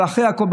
אבל אחרי הכול,